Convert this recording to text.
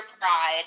pride